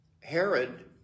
Herod